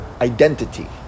identity